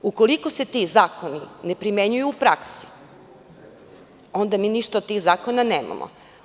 Ukoliko se ti zakoni ne primenjuju u praksi onda mi ništa od tih zakona nemamo.